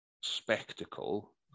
spectacle